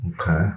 Okay